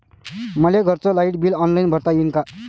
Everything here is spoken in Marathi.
मले घरचं लाईट बिल ऑनलाईन भरता येईन का?